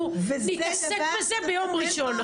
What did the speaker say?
אנחנו נתעסק בזה ביום ראשון,